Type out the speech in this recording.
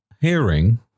hearing